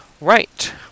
Right